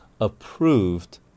approved